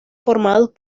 formados